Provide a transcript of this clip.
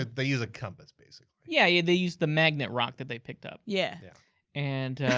they use a compass basically. yeah, yeah they use the magnet rock that they picked up. yeah yeah and,